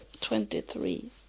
twenty-three